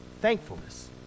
thankfulness